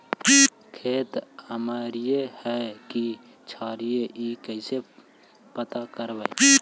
खेत अमलिए है कि क्षारिए इ कैसे पता करबै?